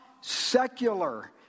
secular